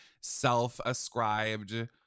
self-ascribed